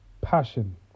passion